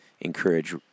encourage